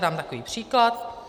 Dám takový příklad.